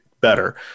better